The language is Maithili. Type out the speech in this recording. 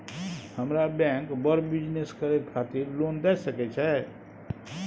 हमरा बैंक बर बिजनेस करे खातिर लोन दय सके छै?